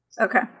Okay